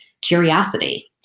curiosity